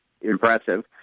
impressive